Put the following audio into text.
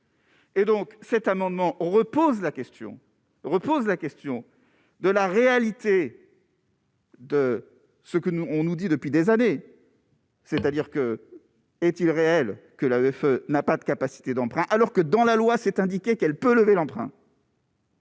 repose la question repose la question de la réalité. De ce que nous, on nous dit depuis des années. C'est-à-dire que est-il réel que l'avait fait, n'a pas de capacité d'emprunt alors que dans la loi, c'est indiqué qu'elle peut lever l'emprunt.